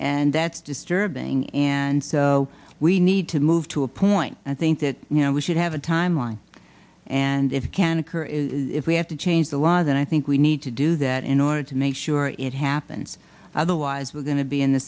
and that's disturbing and so we need to move to a point i think that you know we should have a timeline and if it can occur if we have to change the law then i think we need to do that in order to make sure it happens otherwise we're going to be in the